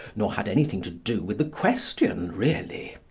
nor had anything to do with the question really.